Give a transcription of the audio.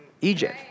Egypt